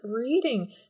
reading